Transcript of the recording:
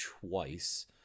twice